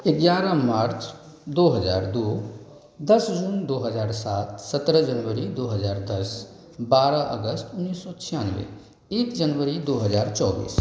ग्यारह मार्च दो हज़ार दो दस जून दो हज़ार सात सत्रह जनवरी दो हज़ार दस बारह अगस्त उन्नीस सौ छियानवे एक जनवरी दो हज़ार चौबीस